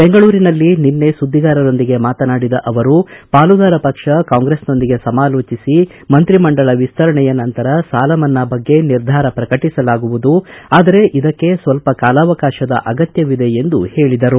ಬೆಂಗಳೂರಿನಲ್ಲಿ ನಿನ್ನೆ ಸುದ್ದಿಗಾರರೊಂದಿಗೆ ಮಾತನಾಡಿದ ಅವರು ಪಾಲುದಾರ ಪಕ್ಷ ಕಾಂಗ್ರೆಸ್ನೊಂದಿಗೆ ಸಮಾಲೋಚಿಸಿ ಮಂತ್ರಿಮಂಡಲ ವಿಸ್ತರಣೆಯ ನಂತರ ಸಾಲಮನ್ನಾ ಬಗ್ಗೆ ನಿರ್ಧಾರ ಪ್ರಕಟಿಸಲಾಗುವುದು ಆದರೆ ಇದಕ್ಕೆ ಸ್ವಲ್ಪ ಕಾಲಾವಕಾಶದ ಅಗತ್ತವಿದೆ ಎಂದು ಹೇಳದರು